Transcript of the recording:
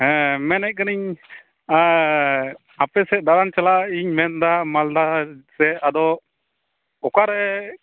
ᱦᱮᱸ ᱢᱮᱱᱮᱫ ᱠᱟᱹᱱᱟᱹᱧ ᱟᱯᱮ ᱥᱮᱫ ᱫᱟᱲᱟᱱ ᱪᱟᱞᱟᱜ ᱤᱧ ᱢᱮᱱᱮᱫᱟ ᱢᱟᱞᱫᱟ ᱥᱮᱫ ᱟᱫᱚ ᱚᱠᱟᱨᱮ